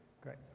Great